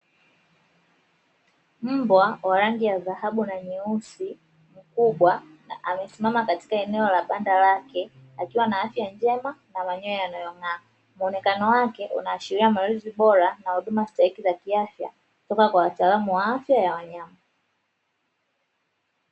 Mbwa wa rangi ya dhahabu na nyeusi mkubwa na amesimama katika eneo la banda lake akiwa na afya njema na manyoya yanayong'aa, muonekano wake unaashiria malezi bora na huduma stahiki za kiafya kutoka kwa wataalamu wa afya ya wanyama.